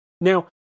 Now